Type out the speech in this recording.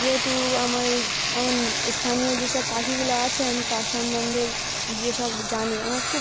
যেহেতু আমার এই আমার স্থানীয় যেসব পাখিগুলো আছে আমি তার সম্বন্ধে যেসব জানি আমার খুব